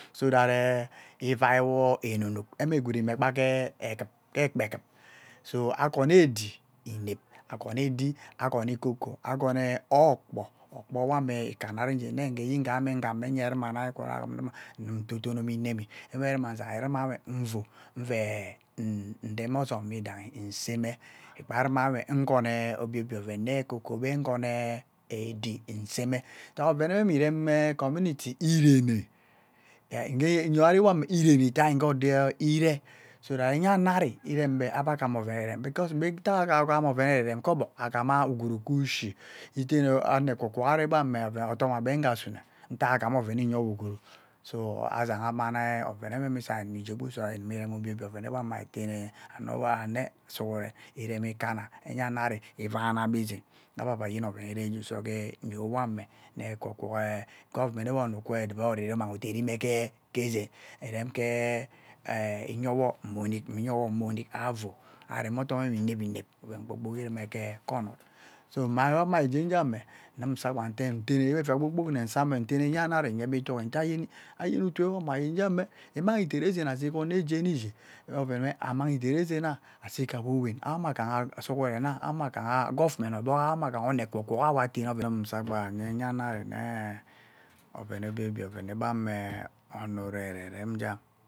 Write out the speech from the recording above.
So that eah ivai wo enuk enuk kpe enuk nuk, ewah gwup emekpa eagup ekpa egup, so a-kono ẽdi inep akono ẽdi, akono koko, akonoo okpoo, okpo-ewamje ikanna ari ugie, nneyngha njie ngham me ughe rumahewe dai egwut amaruma suma, nnume ndodo-no meah ineme, eaweh suma nzaiwe ruma nvuu, nveew rem odom nyidayi nseme ikpa-gha avuma weah nkona obie bie oven nnee koko nkonee ẽdi nseme, ntak ovene meah mme evem community eerene. Idai ngo doo earee, so that enya ano ari earembe aba-gham oven evevem. Because ngbe-ntak agham oven eavevem kogbog aghama ugwuru-ke ushii, etene ano ekwo kwo ari odom egbe ngha sumea. Ntak agham oven weah enyew-o ugwuru, so azaha amma dai ovene-weh misu ari inimi jie gbaa uso animin vem obie obie oven ewame nneme etene ano-be sughuren vemi ikanna enya ano ari ivana-be zean de abe avayen oven we irijie uso-ke nyoho ari eahbe sea kwu-kwo eah gobernment sea oo kwoo edun oriri umang udari me-ke zean, earem-kee eah eyewo mo-nik eayewo-noo onik avũũ aremi odome-we inep-inep, oven gbokpok irume ke-onot. So maiwan-me njeugame, nnume usa-gba ntene nne eafia kpo-kpok nne-tene nnume saa nyee, enya nari nnye-be itugi nte anyeni anyeni ituu awane anyeni jamme, emangha etere zean aah see ke-ono-we jeni ishii, meah oven weah amang edari zean-na aah-sea ke-akawowen. Awo-me aghaha sughuren owo-wen, owo-me gobernment ogbogha awo-me aghaha ono eah kwoo-kwoo nnume saa ghaha enye enya-ano ari nnee ovon obie-obie oven eghan me ono uregearerem jagham.